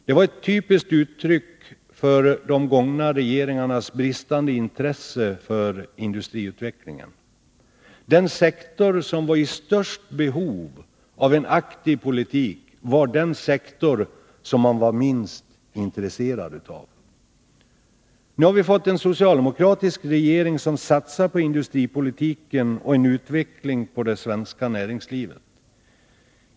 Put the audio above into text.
Det var ett typiskt uttryck för de borgerliga regeringarnas bristande intresse för industriutvecklingen. Den sektor som var i störst behov av en aktiv politik var den sektor som man var minst intresserad av. Nu har vi fått en socialdemokratisk regering som satsar på industripolitiken och en utveckling av det svenska näringslivet.